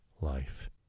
life